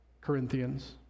Corinthians